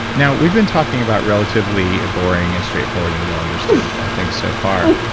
now, we've been talking about relatively a boring and straightforward and well understood i think so far,